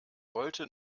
wollte